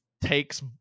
takes